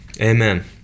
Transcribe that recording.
Amen